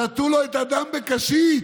שתו לו את הדם בקשית.